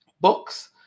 books